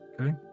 Okay